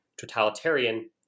totalitarian